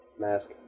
Mask